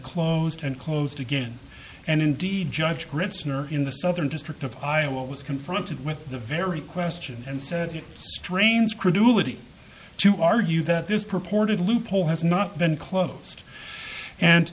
closed and closed again and indeed judge griffin or in the southern district of iowa was confronted with the very question and said it strains credulity to argue that this purported loophole has not been closed and